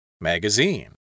Magazine